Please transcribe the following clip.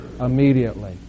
immediately